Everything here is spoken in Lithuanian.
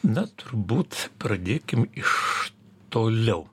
na turbūt pradėkim iš toliau